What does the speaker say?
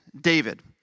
David